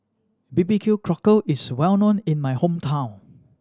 B B Q Cockle is well known in my hometown